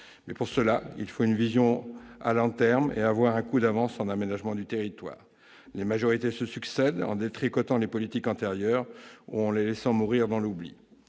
pour cela, il eût fallu une vision à long terme, et un coup d'avance dans l'aménagement du territoire. Les majorités se succèdent et détricotent les politiques antérieures ou les laissent mourir dans l'oubli.